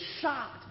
shocked